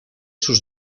sus